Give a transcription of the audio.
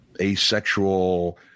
asexual